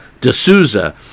D'Souza